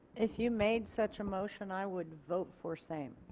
if you made such a motion i would vote for same.